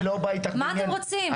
מה אתם רוצים,